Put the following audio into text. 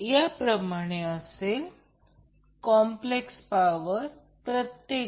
तर एकूण complex power ती थ्री फेज असेल